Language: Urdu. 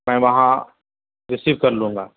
میں وہاں ریسیو کر لوں گا